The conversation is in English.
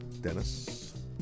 Dennis